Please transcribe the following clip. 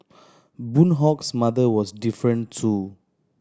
Boon Hock's mother was different too